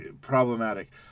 Problematic